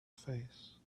face